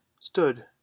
stood